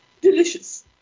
Delicious